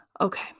Okay